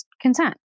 consent